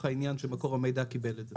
העניין יטענו שמקור המידע קיבל אותה.